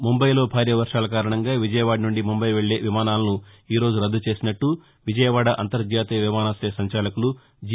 ముంబైలో భారీ వర్వాల కారణంగా విజయవాడ సుండి ముంబై వెళ్లే విమానాలను ఈ రోజు రద్దు చేసినట్లు విజయవాడ అంతర్జాతీయ విమానాశయ సంచాలకులు జి